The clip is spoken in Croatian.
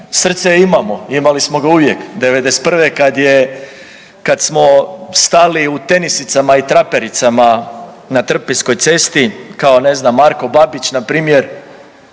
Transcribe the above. Srce imamo, imali smo ga uvijek '91. kad je, kad smo stali u tenisicama i trapericama na Trpinjskoj cesti kao ne znam Marko Babić npr.